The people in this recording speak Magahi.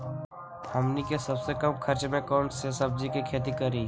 हमनी के सबसे कम खर्च में कौन से सब्जी के खेती करी?